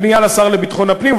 פנייה לשר לביטחון הפנים,